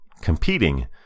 competing